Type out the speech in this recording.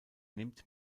nimmt